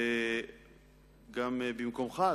גם במקומך,